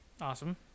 Awesome